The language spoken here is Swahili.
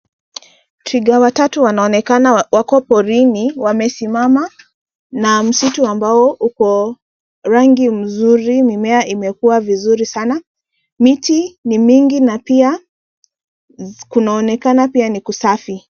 Twiga watau wanaonekana wako porini wamesimama na msitu ambao uko rangi mzuri, mimea imekuwa vizuri sana, miti ni mengi na pia kunaonekana pia ni kusafi.